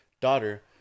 daughter